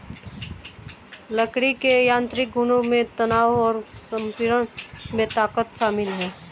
लकड़ी के यांत्रिक गुणों में तनाव और संपीड़न में ताकत शामिल है